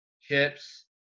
chips